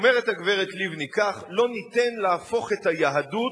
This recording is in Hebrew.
אומרת הגברת לבני כך: לא ניתן להפוך את היהדות